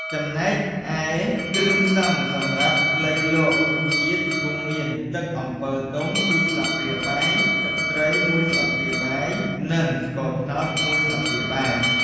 ចំណែកឯគ្រឿងផ្សំសម្រាប់លៃលករសជាតិ រួមមាន ទឹកអំពិលទុំ ២ ស្លាបព្រាបាយ ទឹកត្រី ១ ស្លាបព្រាបាយ និង ស្ករត្នោត ១ ស្លាបព្រាបាយ។